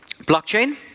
blockchain